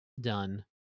done